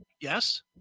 Yes